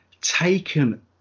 taken